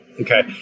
okay